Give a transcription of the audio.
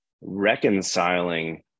reconciling